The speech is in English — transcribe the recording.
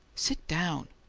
sit down!